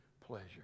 pleasure